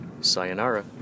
Sayonara